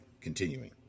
continuing